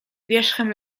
wierzchem